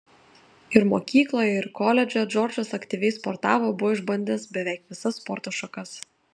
ir mokykloje ir koledže džordžas aktyviai sportavo buvo išbandęs beveik visas sporto šakas